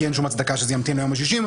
כי אין שום הצדקה שזה ימתין ליום ה-60,